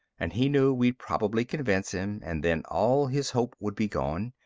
and he knew we'd probably convince him and then all his hope would be gone.